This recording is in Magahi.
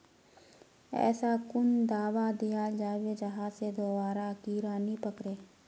ऐसा कुन दाबा दियाल जाबे जहा से दोबारा कीड़ा नी पकड़े?